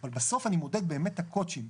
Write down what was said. אבל בסוף אני מודד באמת את הקוט"שים,